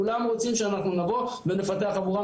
כולם רוצים שאנחנו נבוא ונפתח עבורם